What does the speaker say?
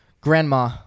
Grandma